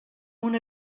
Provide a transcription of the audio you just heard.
una